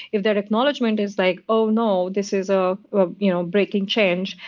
if their acknowledgment is like, oh no, this is a ah you know breaking change,